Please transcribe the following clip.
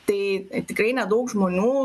tai tikrai nedaug žmonių